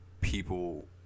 people